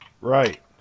right